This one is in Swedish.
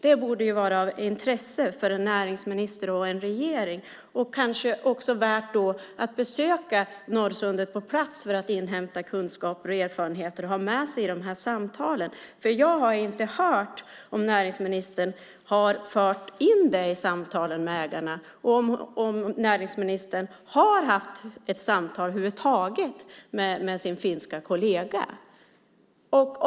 Det borde vara av intresse för en näringsminister och en regering. Det kanske också vore värt att besöka Norrsundet och hämta kunskaper och erfarenheter att ha med sig i samtalen. Jag har inte hört om näringsministern har fört in det i samtalen med ägarna och om näringsministern över huvud taget har haft ett samtal med sin finske kollega.